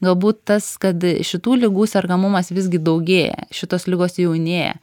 galbūt tas kad šitų ligų sergamumas visgi daugėja šitos ligos jaunėja